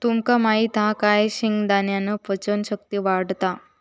तुमका माहित हा काय शेंगदाण्यान पचन शक्ती वाढता